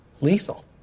lethal